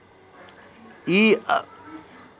इ अपनो मनो के मुताबिक सूद बहुते बढ़ाय के लै छै